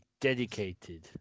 dedicated